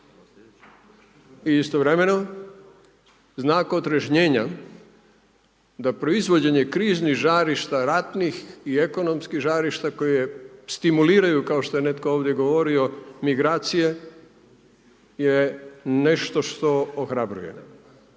I istovremenom znak otrežnjenja da proizvođenje kriznih žarišta ratnih i ekonomskih žarišta koje stimuliraju kao što je netko ovdje govorio migracije je nešto što ohrabruje.